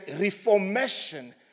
reformation